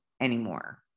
anymore